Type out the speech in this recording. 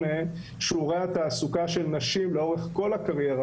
שיעורי התעסוקה של נשים לאורך כל הקריירה,